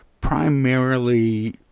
primarily